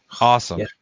Awesome